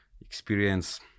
experience